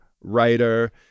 writer